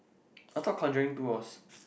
I thought conjuring two was